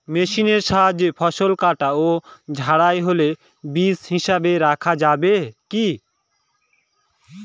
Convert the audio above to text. মেশিনের সাহায্যে ফসল কাটা ও ঝাড়াই হলে বীজ হিসাবে রাখা যাবে কি?